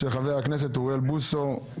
של חבר הכנסת אוריאל בוסו.